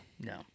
No